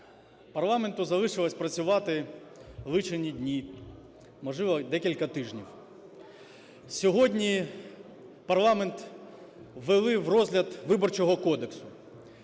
парламенту залишилося працювати лічені дні, можливо, декілька тижнів. Сьогодні парламент ввели в розгляд Виборчого кодексу.